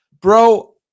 bro